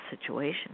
situation